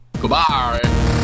Goodbye